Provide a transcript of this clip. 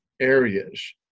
areas